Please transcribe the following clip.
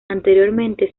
anteriormente